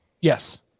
Yes